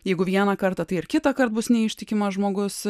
jeigu vieną kartą tai ir kitąkart bus neištikimas žmogus